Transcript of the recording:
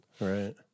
Right